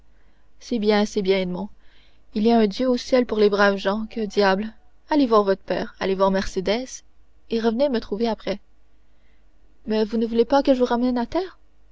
c'est bien c'est bien edmond il y a un dieu au ciel pour les braves gens que diable allez voir votre père allez voir mercédès et revenez me trouver après mais vous ne voulez pas que je vous ramène à terre